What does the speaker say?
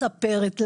מספרת לה,